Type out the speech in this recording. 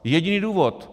Jediný důvod?!